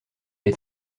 est